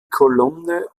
kolumne